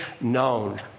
known